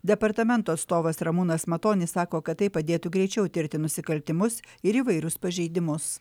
departamento atstovas ramūnas matonis sako kad tai padėtų greičiau tirti nusikaltimus ir įvairius pažeidimus